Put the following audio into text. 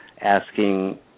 asking